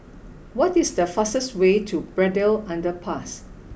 what is the fastest way to Braddell Underpass